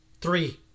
three